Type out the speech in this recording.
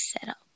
setup